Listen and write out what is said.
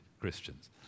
Christians